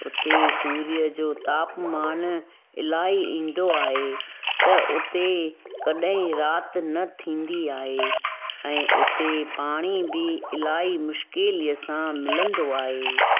हुते सूर्य जो तापमान अलाई ईंदो आहे त उते कॾहिं राति न थींदी आहे ऐं उते पाणी बि अलाई मुश्किलियात सां मिलंदो आहे